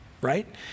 right